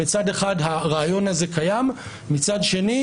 מצד אחד הרעיון הזה קיים ומצד שני